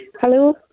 Hello